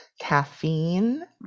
caffeine